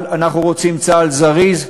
אנחנו רוצים צה"ל זריז,